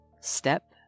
Step